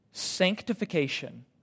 sanctification